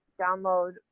download